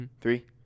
Three